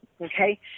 Okay